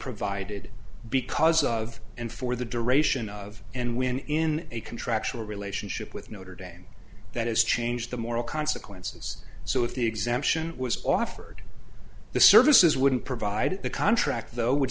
provided because of and for the duration of and when in a contractual relationship with notre dame that is change the moral consequences so if the exemption was offered the services wouldn't provide the contract though would